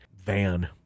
van